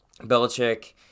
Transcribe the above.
Belichick